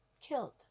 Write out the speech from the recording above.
killed